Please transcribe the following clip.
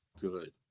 good